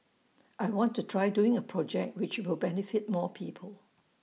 I want to try doing A project which will benefit more people